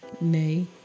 nay